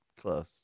close